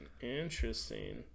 interesting